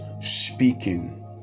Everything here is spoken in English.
speaking